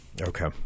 Okay